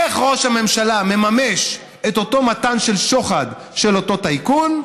איך ראש הממשלה מממש את אותו מתן שוחד של אותו טייקון?